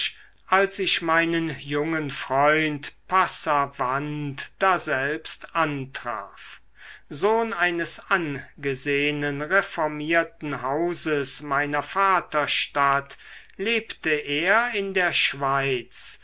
als ich meinen jungen freund passavant daselbst antraf sohn eines angesehnen reformierten hauses meiner vaterstadt lebte er in der schweiz